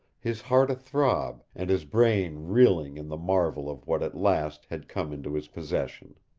his heart a-throb, and his brain reeling in the marvel of what at last had come into his possession.